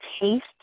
taste